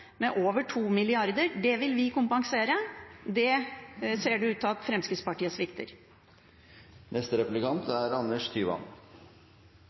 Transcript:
med over 2 mrd. kr. Det vil vi kompensere. Her ser det ut til at Fremskrittspartiet svikter.